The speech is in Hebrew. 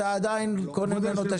אתה עדיין קונה ממנו את השירותים.